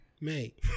Mate